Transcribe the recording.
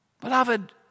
Beloved